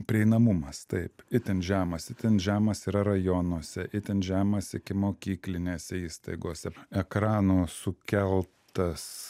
prieinamumas taip itin žemas itin žemas yra rajonuose itin žemas ikimokyklinėse įstaigose ekrano sukeltas